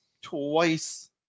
twice